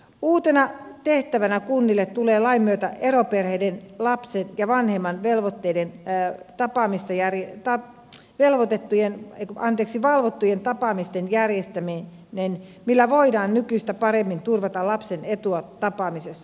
uutena tehtävänä kunnille tulee lain myötä eroperheen lapsen ja vanhemman velvotteiden päät tapaamista järjen taakse teloitettujen etukahdeksi valvottujen tapaamisten järjestäminen millä voidaan nykyistä paremmin turvata lapsen etua tapaamisessa